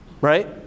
right